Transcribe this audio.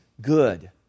good